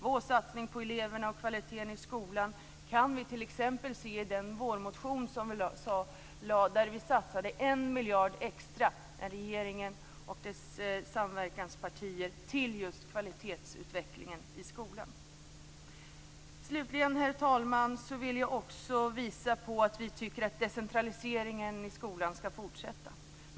Vår satsning på eleverna och kvaliteten i skolan kan vi t.ex. se i den vårmotion som vi väckte som innebär att vi vill satsa 1 miljard mer än regeringen och dess samverkanspartier på just kvalitetsutvecklingen i skolan. Slutligen, herr talman, vill jag också visa på att vi tycker att decentraliseringen i skolan skall fortsätta.